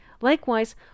Likewise